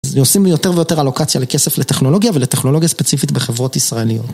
עושים לי יותר ויותר אלוקציה לכסף לטכנולוגיה ולטכנולוגיה ספציפית בחברות ישראליות.